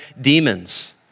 demons